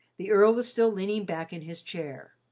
the earl was still leaning back in his chair.